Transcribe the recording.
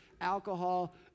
alcohol—